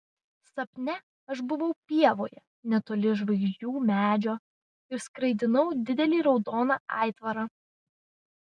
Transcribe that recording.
sapne aš buvau pievoje netoli žvaigždžių medžio ir skraidinau didelį raudoną aitvarą